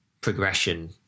progression